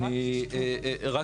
כן, מ-2002.